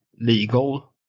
legal